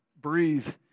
breathe